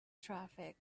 traffic